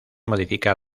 modifica